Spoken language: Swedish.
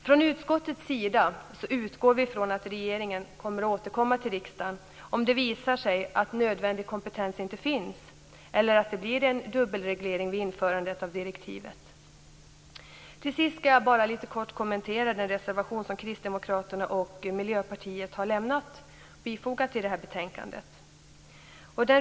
Från utskottets sida utgår vi från att regeringen återkommer till riksdagen om det visar sig att nödvändig kompetens inte finns eller att det blir en dubbelreglering vid införandet av direktivet. Till sist skall jag kort kommentera den reservation som Kristdemokraterna och Miljöpartiet har fogat till betänkandet.